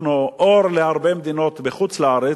אנחנו אור להרבה מדינות בחוץ-לארץ,